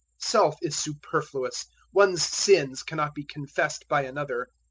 self is superfluous one's sins cannot be confessed by another.